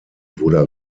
wurde